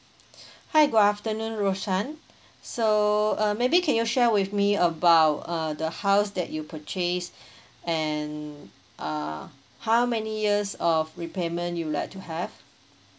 hi good afternoon roshan so uh maybe can you share with me about uh the house that you purchase and uh how many years of repayment you like to have